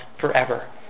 forever